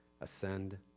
Ascend